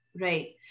right